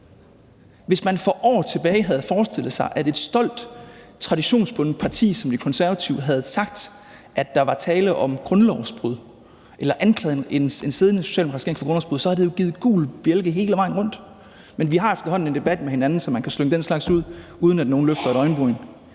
Hvis man for år tilbage havde oplevet, at et stolt traditionsbundet parti som De Konservative havde sagt, at der var tale om grundlovsbrud eller anklaget en siddende socialdemokratisk regering for grundlovsbrud, havde det jo givet gul bjælke hele vejen rundt. Men vi har efterhånden en debat med hinanden, hvor man kan slynge den slags ud, uden at nogen løfter et øjenbryn.